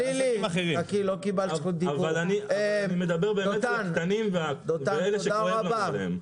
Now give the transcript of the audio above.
אני מדבר על הקטנים ואלה שכואב לנו עליהם.